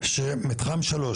שמתחם 3,